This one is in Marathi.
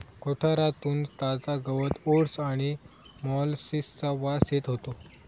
कोठारातून ताजा गवत ओट्स आणि मोलॅसिसचा वास येत होतो